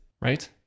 right